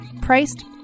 priced